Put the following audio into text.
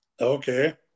Okay